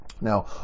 now